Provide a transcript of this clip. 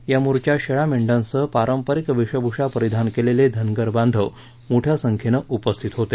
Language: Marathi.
या मोर्चात शेळया मेंढयांसह पारंपारिक वेशभूषा परिधान केलेले धनगर बांधव मोठया संख्येनं उपस्थित होते